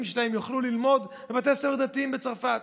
שלהן יוכלו ללמוד בבתי ספר דתיים בצרפת.